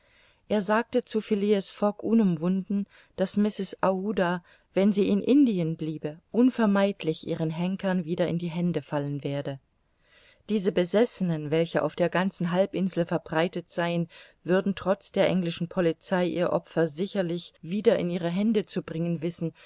er sagte zu phileas fogg unumwunden daß mrs aouda wenn sie in indien bliebe unvermeidlich ihren henkern wieder in die hände fallen werde diese besessenen welche auf der ganzen halbinsel verbreitet seien würden trotz der englischen polizei ihr opfer sicherlich wieder in ihre hände zu bringen wissen